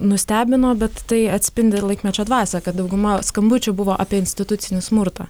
nustebino bet tai atspindi laikmečio dvasią kad dauguma skambučių buvo apie institucinį smurtą